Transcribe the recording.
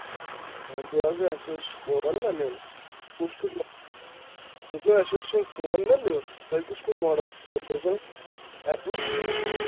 تُہۍ ؤنۍتو حظ اَسہِ اوس فون نہ نیُن کُس کُس دوٚپمو اَسہِ اوس یِم فون نہ نیُن تۄہہِ کُس کُس ماڈَل چھُو اٮ۪پلُک